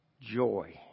joy